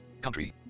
country